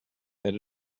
that